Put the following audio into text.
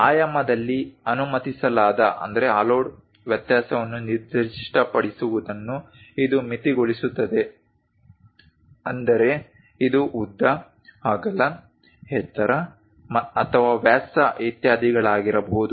ಆಯಾಮದಲ್ಲಿ ಅನುಮತಿಸಲಾದ ವ್ಯತ್ಯಾಸವನ್ನು ನಿರ್ದಿಷ್ಟಪಡಿಸುವುದನ್ನು ಇದು ಮಿತಿಗೊಳಿಸುತ್ತದೆ ಅಂದರೆ ಇದು ಉದ್ದ ಅಗಲ ಎತ್ತರ ಅಥವಾ ವ್ಯಾಸ ಇತ್ಯಾದಿಗಳಾಗಿರಬಹುದು